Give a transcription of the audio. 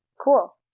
Cool